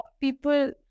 People